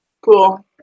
cool